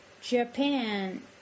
Japan